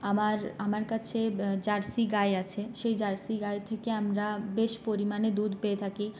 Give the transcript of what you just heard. আমার আমার কাছে জার্সি গাই আছে সেই জার্সি গাই থেকে আমরা বেশ পরিমাণে দুধ পেয়ে থাকি